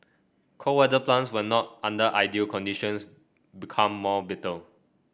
cold weather plants when not under ideal conditions become more bitter